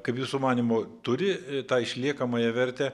kaip jūsų manymu turi tą išliekamąją vertę